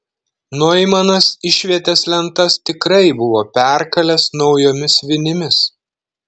noimanas išvietės lentas tikrai buvo perkalęs naujomis vinimis